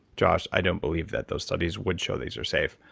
josh, i don't believe that those studies would show these are safe.